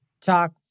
talk